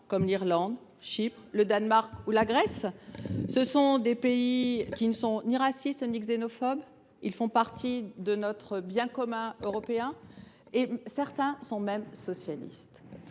La France n’est pas le Danemark ou la Grèce ! Ces pays ne sont ni racistes ni xénophobes. Ils font partie de notre bien commun européen et certains sont même socialistes…